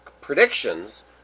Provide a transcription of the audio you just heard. predictions